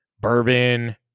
bourbon